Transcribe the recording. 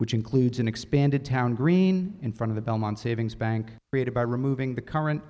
which includes an expanded town green in front of the belmont savings bank created by removing the current